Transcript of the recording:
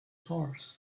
horse